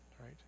right